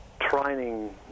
training